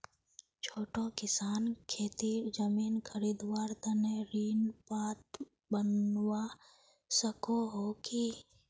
छोटो किसान खेतीर जमीन खरीदवार तने ऋण पात्र बनवा सको हो कि?